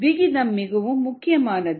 விகிதம் மிகவும் முக்கியமானது